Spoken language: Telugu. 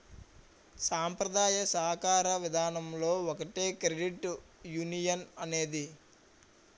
సాంప్రదాయ సాకార విధానంలో ఒకటే క్రెడిట్ యునియన్ అనేది